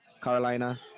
Carolina